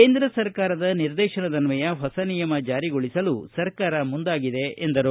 ಕೇಂದ್ರ ಸರ್ಕಾರದ ನಿರ್ದೇತನದನ್ವಯ ಹೊಸ ನಿಯಮ ಜಾರಿಗೊಳಿಸಲು ಸರ್ಕಾರ ಮುಂದಾಗಿದೆ ಎಂದರು